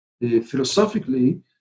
philosophically